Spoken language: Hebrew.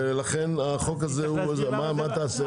ולכן החוק הזה, מה תעשה?